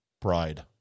bride